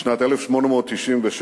בשנת 1896